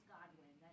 Godwin